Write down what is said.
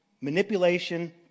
manipulation